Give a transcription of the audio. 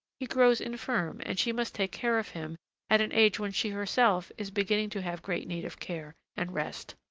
he grows infirm, and she must take care of him at an age when she herself is beginning to have great need of care and rest.